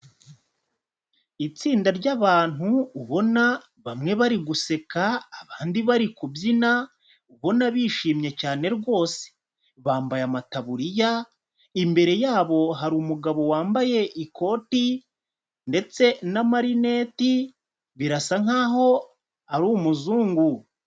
Itsinda ry'abantu ubona bamwe bari guseka, abandi bari kubyina, ubona bishimye cyane rwose. Bambaye amataburiya, imbere yabo hari umugabo wambaye ikoti ndetse n'amarinete, birasa nk'aho ari umuzungu.